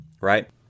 right